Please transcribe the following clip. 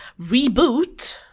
reboot